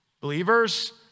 Believers